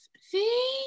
See